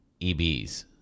EBs